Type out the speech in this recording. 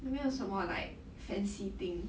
没有什么 like fancy thing